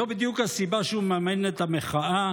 זו בדיוק הסיבה שהוא מממן את המחאה,